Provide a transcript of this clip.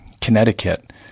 Connecticut